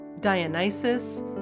Dionysus